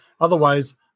otherwise